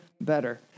better